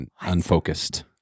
unfocused